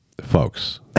folks